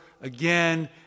again